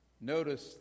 Notice